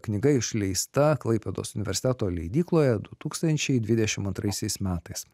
knyga išleista klaipėdos universiteto leidykloje du tūkstančiai dvidešim antraisiais metais